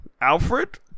Alfred